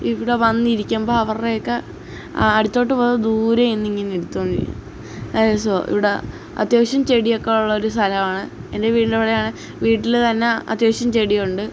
ഇവിടെ വന്നിരിക്കിമ്പം അവരുടെ ഒക്കെ ആ അടുത്തോട്ട് പോവാതെ ദൂരെ നിന്നിങ്ങനെ എടുത്തുകൊണ്ടിരിക്കും നല്ല രസമാണ് ഇവിടെയാണ് അത്യാവശ്യം ചെടിയൊക്കെ ഒള്ളൊരു സ്ഥലമാണ് എൻ്റെ വീടിൻ്റെ അവിടെയാണ് വീട്ടിൽ തന്ന അത്യാവശ്യം ചെടി ഉണ്ട്